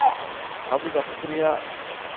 ᱟᱵᱚ ᱜᱟᱛᱟᱠ ᱨᱮᱭᱟᱜ